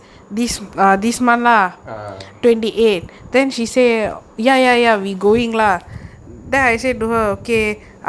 ah